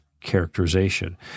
characterization